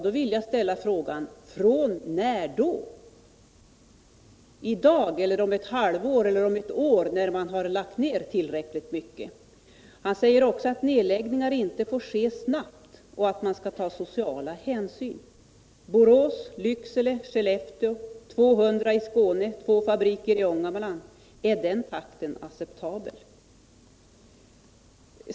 Då vill jag ställa frågan: Från vilken tidpunkt —i dag, eller om ett halvår, eller om ett år, när man har lagt ned tillräckligt mycket? Han säger också att nedläggningar inte får ske snabbt och att man skall ta sociala hänsyn. Borås, Lycksele, Skellefteå, 200 i Skåne, två fabriker i Ångermanland — är den takten acceptabel?